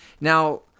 Now